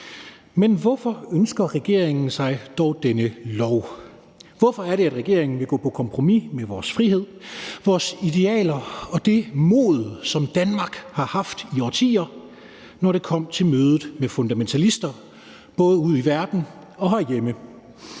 Men hvorfor ønsker regeringen sig dog denne lov? Hvorfor er det, at regeringen vil gå på kompromis med vores frihed, vores idealer og det mod, som Danmark har haft i årtier, når det kom til mødet med fundamentalister, både ude i verden og herhjemme?